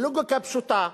בלוגיקה פשוטה,